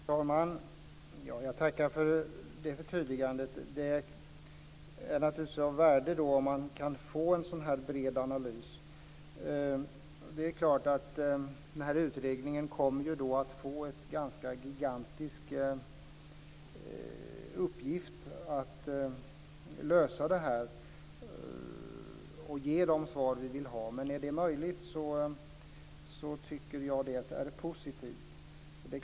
Fru talman! Jag tackar för det förtydligandet. Det är naturligtvis av värde om man kan få en bred analys. Det är klart att utredningen kommer att få en gigantisk uppgift att lösa för att ge de svar som vi vill ha. Men om det är möjligt är det positivt.